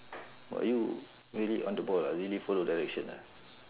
!wah! you really on the ball ah really follow direction ah